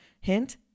Hint